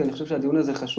כי אני חושב שהדיון הזה חשוב,